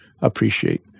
appreciate